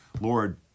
Lord